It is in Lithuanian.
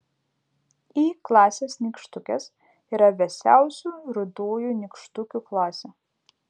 y klasės nykštukės yra vėsiausių rudųjų nykštukių klasė